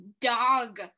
dog